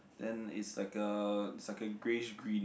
then it's like a it's like a greyish green